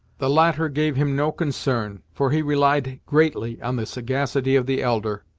the latter gave him no concern, for he relied greatly on the sagacity of the elder,